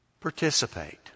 participate